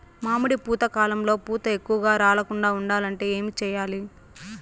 మామిడి పూత కాలంలో పూత ఎక్కువగా రాలకుండా ఉండాలంటే ఏమి చెయ్యాలి?